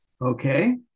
okay